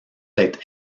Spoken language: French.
être